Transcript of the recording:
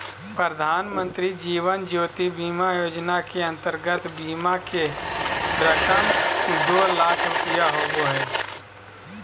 प्रधानमंत्री जीवन ज्योति बीमा योजना के अंतर्गत बीमा के रकम दो लाख रुपया होबो हइ